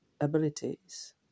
abilities